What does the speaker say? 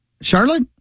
Charlotte